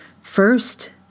First